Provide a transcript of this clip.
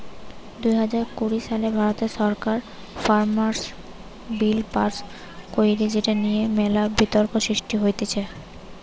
দুই হাজার কুড়ি সালে ভারত সরকার ফার্মার্স বিল পাস্ কইরে যেটা নিয়ে মেলা বিতর্ক সৃষ্টি হতিছে